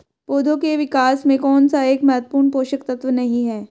पौधों के विकास में कौन सा एक महत्वपूर्ण पोषक तत्व नहीं है?